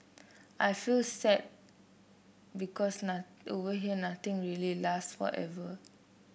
I feel sad because over here nothing really last forever